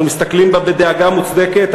אנחנו מסתכלים בה בדאגה מוצדקת,